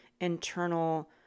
internal